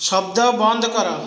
ଶବ୍ଦ ବନ୍ଦ କର